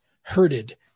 herded